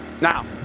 now